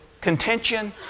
contention